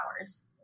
hours